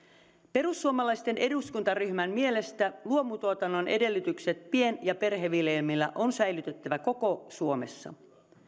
perussuomalaisten eduskuntaryhmän mielestä luomutuotannon edellytykset pien ja perheviljelmillä on säilytettävä koko suomessa